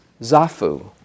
zafu